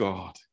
God